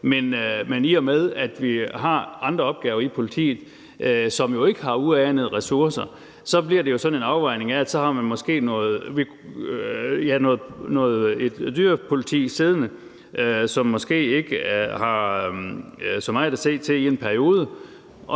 men i og med at man har andre opgaver i politiet, som jo ikke har uanede ressourcer, så bliver det jo sådan en afvejning. Man har måske noget dyrepoliti siddende, som måske ikke har så meget at se til i en periode,